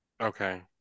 okay